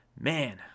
man